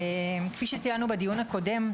כפי שציינו בדיון הקודם,